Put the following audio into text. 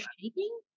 shaking